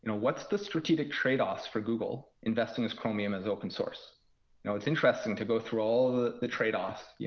you know what's the strategic trade-offs for google investing as chromium as open sort of you know it's interesting to go through all the the trade-offs. yeah